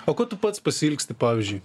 o ko tu pats pasiilgsti pavyzdžiui